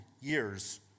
years